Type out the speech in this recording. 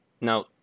Now